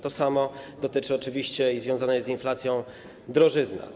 To samo dotyczy oczywiście tego, że związana jest z inflacją drożyzna.